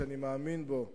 שאני מאמין בו,